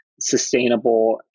sustainable